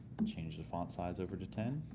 and change the font size over to ten.